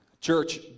Church